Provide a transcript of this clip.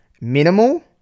Minimal